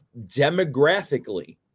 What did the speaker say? demographically